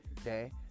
okay